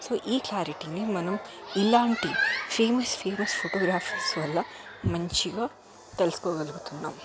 so ఈ క్లారిటీని మనం ఇలాంటి ఫేమస్ ఫేమస్ ఫోటోగ్రాఫర్స్ వల్ల మంచిగా తెలుసుకోగలుగుతున్నాము